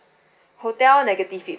hotel negative feedback